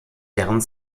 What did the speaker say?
deren